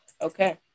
Okay